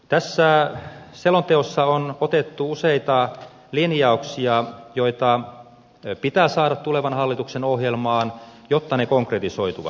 tässä selonteossa on otettu useita linjauksia joita pitää saada tulevan hallituksen ohjelmaan jotta ne konkretisoituvat